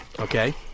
Okay